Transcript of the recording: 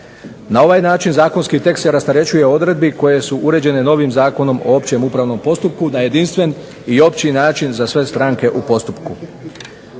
Na ovaj način zakonski tekst se rasterećuje odredbi koje su uređene novim Zakonom o općem upravnom postupku na jedinstven i opći način za sve stranke u postupku.